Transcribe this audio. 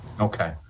Okay